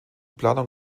planung